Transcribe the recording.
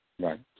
Right